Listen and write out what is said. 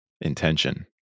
intention